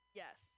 yes